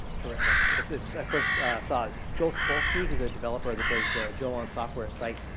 terrific. it's it's i first saw joel spolsky, who's a developer that does the joel on software site.